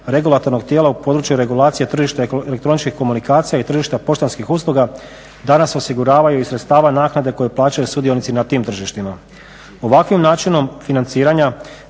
regulatornog tijela u području regulacije tržišta elektroničkih komunikacija i tržišta poštanskih usluga danas osiguravaju iz sredstava naknade koje plaćaju sudionici na tim tržištima. Ovakvim načinom financiranja